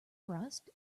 rust